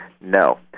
No